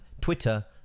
Twitter